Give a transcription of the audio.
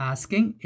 Asking